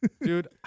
Dude